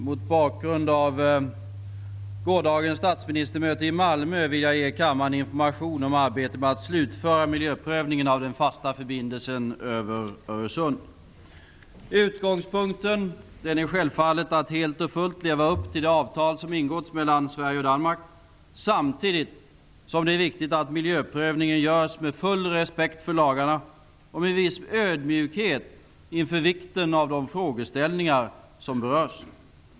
Mot bakgrund av gårdagens statsministermöte i Malmö vill jag ge kammaren information om arbetet med att slutföra miljöprövningen av den fasta förbindelsen över Utgångspunkten är självfallet att helt och fullt leva upp till det avtal som ingåtts mellan Sverige och Danmark, samtidigt som det är viktigt att miljöprövningen görs med full respekt för lagarna och med en viss ödmjukhet inför vikten av de frågeställningar som berörs.